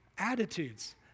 attitudes